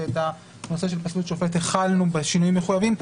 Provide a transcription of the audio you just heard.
ואת הנושא של פסלות שופט החלנו בשינויים המחויבים.